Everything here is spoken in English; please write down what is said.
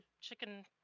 chicken